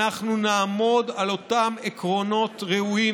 אנחנו נעמוד על אותם עקרונות ראויים